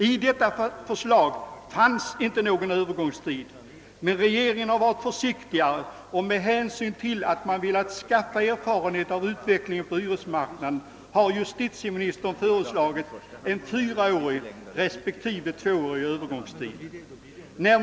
I detta förslag fanns inte alls intagen någon övergångstid, men regeringen har varit försiktigare, och justitieministern har med hänsyn till att man vill skaffa sig erfarenhet av utvecklingen på hyresmarknaden föreslagit en fyraårig respektive tvåårig övergångstid.